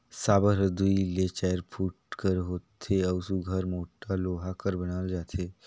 साबर हर दूई ले चाएर फुट कर होथे अउ सुग्घर मोट लोहा कर बनल रहथे